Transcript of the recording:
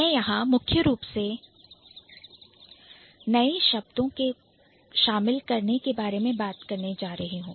मैं मुख्य रूप से यहां नए शब्दों को शामिल करने के बारे में बात करने जा रही हूं